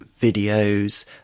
videos